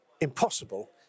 impossible